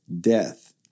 death